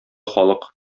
халык